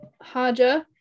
Haja